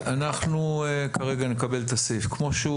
אנחנו כרגע נקבל את הסעיף כמו שהוא.